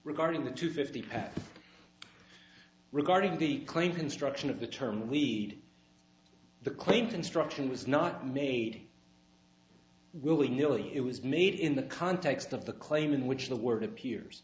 regarding the two fifty pack regarding the claim construction of the term weed the claim construction was not made willy nilly it was made in the context of the claim in which the word appears